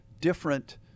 different